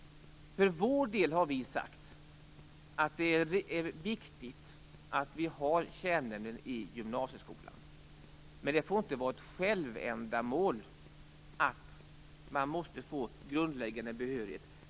Vi har för vår del sagt att det är viktigt att ha kärnämnen i gymnasieskolan, men det får inte vara ett självändamål att få grundläggande behörighet.